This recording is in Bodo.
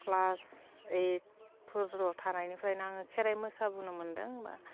क्लास ओइटफोरल' थानायनिफ्रायनो आङो खेराइ मोसाबोनो मोनदों बा